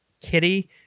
Kitty